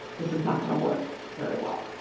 this is not going to work very well.